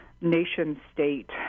nation-state